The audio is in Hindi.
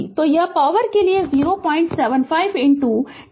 तो यह पॉवर के लिए 075 10e है 25 t